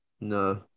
No